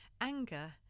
Anger